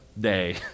day